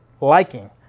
liking